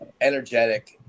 energetic